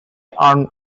earn